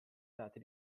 dati